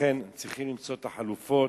לכן, צריכים למצוא את החלופות.